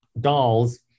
dolls